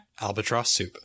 AlbatrossSoup